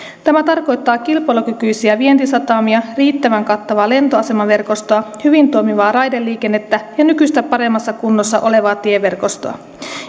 tämä tarkoittaa kilpailukykyisiä vientisatamia riittävän kattavaa lentoasemaverkostoa hyvin toimivaa raideliikennettä ja nykyistä paremmassa kunnossa olevaa tieverkostoa